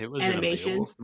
animation